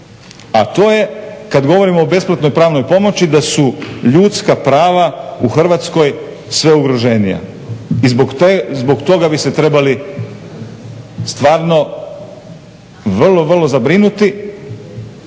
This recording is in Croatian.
a to je kada govorimo o besplatnoj pravnoj pomoći da su ljudska prava u Hrvatskoj sve ugroženija i zbog toga bi se trebali stvarno vrlo, vrlo zabrinuti.